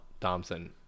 Thompson